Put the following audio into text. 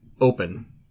open